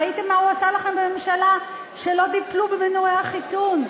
ראיתם מה הוא עשה לכם בממשלה כשלא טיפלו במנועי החיתון.